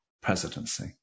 presidency